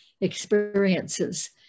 experiences